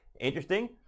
Interesting